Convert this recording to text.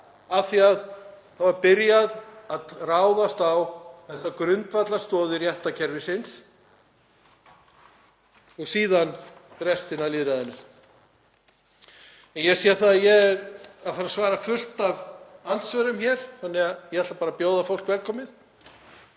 af því að það var byrjað að ráðast á þessar grundvallarstoðir réttarkerfisins og síðan á restina af lýðræðinu. Ég sé að ég er að fara að svara fullt af andsvörum hér þannig að ég ætla bara að bjóða fólk velkomið.